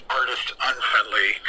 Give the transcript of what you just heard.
artist-unfriendly